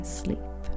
sleep